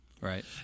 right